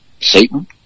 Satan